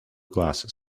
glasses